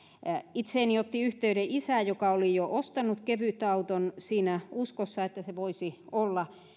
itseeni otti yhteyden isä joka oli jo ostanut kevytauton siinä uskossa että se voisi olla